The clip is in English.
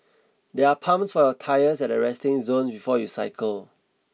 there are pumps for your tyres at the resting zone before you cycle